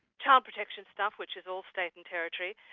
child protection stuff, which is all state and territory,